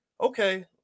Okay